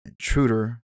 intruder